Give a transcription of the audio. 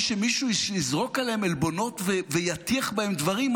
שמישהו יזרוק עליהם עלבונות ויטיח בהם דברים.